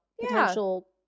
potential